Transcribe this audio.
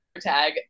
tag